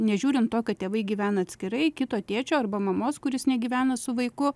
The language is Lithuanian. nežiūrint to kad tėvai gyvena atskirai kito tėčio arba mamos kuris negyvena su vaiku